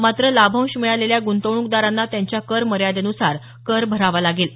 मात्र लाभांश मिळालेल्या गुंतवणूकदारांना त्यांच्या कर मर्यादेनुसार कर भरावा लागेल